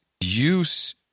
Use